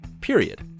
period